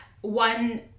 one